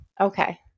okay